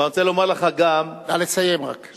אבל אני רוצה לומר לך גם, נא לסיים, רק.